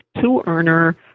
two-earner